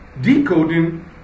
decoding